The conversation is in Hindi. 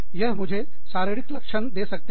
यह मुझे शारीरिक लक्षण दे सकते हैं